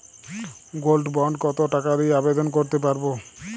Gold bond কত টাকা দিয়ে আবেদন করতে পারবো?